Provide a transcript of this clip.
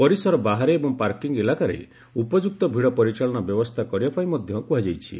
ପରିସର ବାହାରେ ଏବଂ ପାର୍କିଂ ଇଲାକାରେ ଉପଯୁକ୍ତ ଭିଡ଼ ପରିଚାଳନା ବ୍ୟବସ୍ଥା କରିବାପାଇଁ ମଧ୍ୟ କୁହାଯାଇଛି